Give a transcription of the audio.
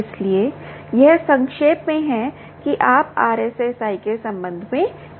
इसलिए यह संक्षेप में है कि आप RSSI के संबंध में क्या कर सकते हैं